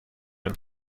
and